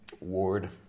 ward